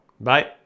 Bye